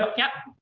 ah yep.